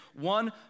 One